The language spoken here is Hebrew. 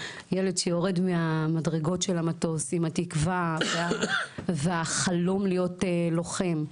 ילד שיורד מהמדרגות של המטוס עם התקווה והחלום להיות לוחם,